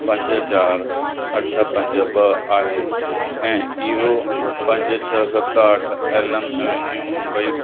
पंज चार अठ पंज ॿ आहे ऐं इहो पंज छह सत अठ एलम एवेन्यू मुंबई